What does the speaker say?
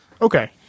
Okay